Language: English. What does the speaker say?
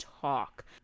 talk